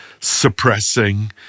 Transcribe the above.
suppressing